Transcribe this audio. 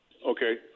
Okay